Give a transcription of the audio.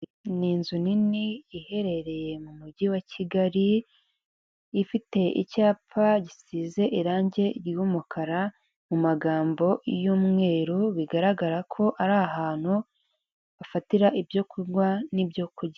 ni inzu nini iherereye mu mujyi wa kigali, ifite icyapa gisize irangi r'umukara mu magambo y'umweru, bigaragara ko ari ahantu bafatira ibyo kunywa n'ibyo kurya.